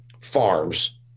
farms